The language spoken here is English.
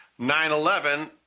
9-11